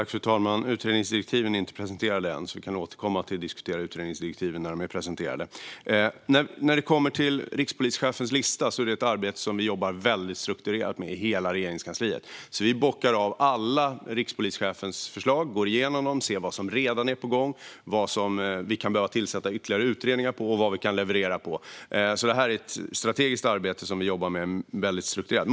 Fru talman! Utredningsdirektiven är inte presenterade än, så vi kan återkomma till att diskutera dem när de är presenterade. När det kommer till rikspolischefens lista är det ett arbete som vi jobbar strukturerat med i hela Regeringskansliet. Vi bockar av alla rikspolischefens förslag, går igenom dem och ser vad som redan är på gång, vilka ytterligare utredningar vi kan behöva tillsätta och vad vi kan leverera på. Det är ett strategiskt arbete, och vi jobbar strukturerat.